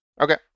Okay